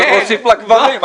אז הוסיפו לקברים,